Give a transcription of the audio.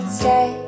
stay